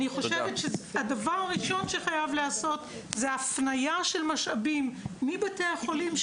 הדבר הראשון שחייב להיעשות הוא הפניה של משאבים מבתי החולים,